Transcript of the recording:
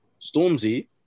Stormzy